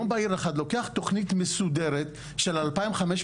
יום בהיר אחד לוקח תוכנית מסודרת של 2,500